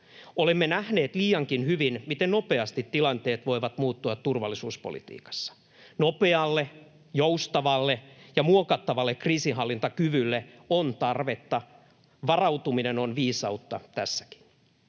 Olemme nähneet liiankin hyvin, miten nopeasti tilanteet voivat muuttua turvallisuuspolitiikassa. Nopealle, joustavalle ja muokattavalle kriisinhallintakyvylle on tarvetta. Varautuminen on viisautta tässäkin.